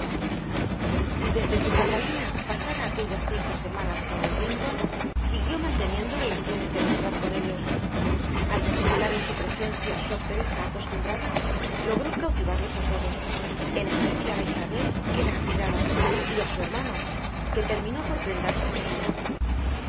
desde que catalina pasara aquellas cinco semanas con los linton siguió manteniendo relaciones de amistad con ellos al disimular en su presencia su aspereza acostumbrada logró cautivarlos a todos en especial a isabel que la admiraba y a su hermano que terminó por prendarse de ella